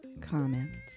comments